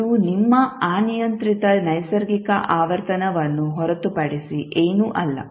ಇದು ನಿಮ್ಮ ಅನಿಯಂತ್ರಿತ ನೈಸರ್ಗಿಕ ಆವರ್ತನವನ್ನು ಹೊರತುಪಡಿಸಿ ಏನೂ ಅಲ್ಲ